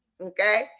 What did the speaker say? Okay